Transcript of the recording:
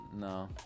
no